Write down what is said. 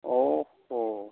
अ ह'